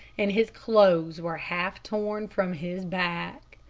and his clothes were half torn from his back.